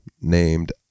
named